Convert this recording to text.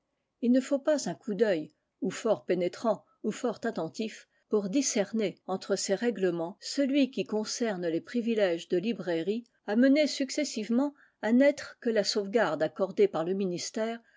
il ne faut pas un coup d'œil ou fort pénétrant ou fort attentif pour discerner entre ces règlements celui qui concerne les privilèges de librairie amenés successivement à n'être que la sauvegarde accordée par le ministère